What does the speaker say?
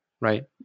Right